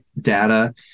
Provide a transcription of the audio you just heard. data